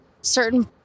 certain